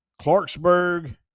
Clarksburg